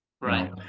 Right